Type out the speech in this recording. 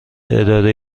اداره